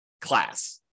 class